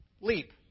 leap